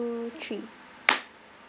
three